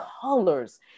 colors